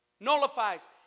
Nullifies